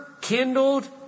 kindled